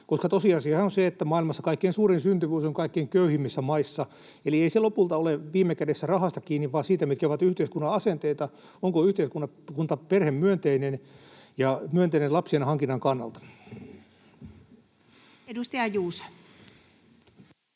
koska tosiasiahan on se, että maailmassa kaikkein suurin syntyvyys on kaikkein köyhimmissä maissa. Eli ei se lopulta ole viime kädessä kiinni rahasta vaan siitä, mitkä ovat yhteiskunnan asenteet: onko yhteiskunta perhemyönteinen ja myönteinen lapsien hankinnan kannalta. Edustaja Juuso.